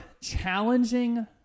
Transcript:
challenging